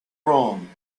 wrong